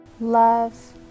Love